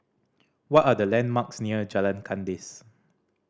what are the landmarks near Jalan Kandis